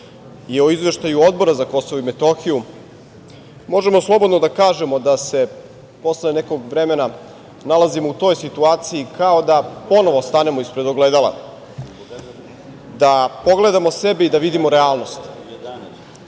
i o Izveštaju Odbora za KiM, možemo slobodno da kažemo da se posle nekog vremena nalazimo u toj situaciji, kao da ponovo stanemo ispred ogledala, da pogledamo sebe i da vidimo realnost